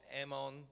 Ammon